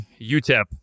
UTEP